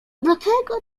dlatego